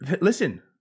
listen